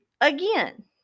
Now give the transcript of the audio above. again